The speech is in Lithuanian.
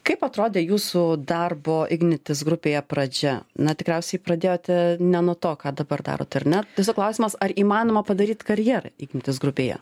kaip atrodė jūsų darbo ignitis grupėje pradžia na tikriausiai pradėjote ne nuo to ką dabar darot ar ne tiesiog klausimas ar įmanoma padaryt karjerą ignitis grupėje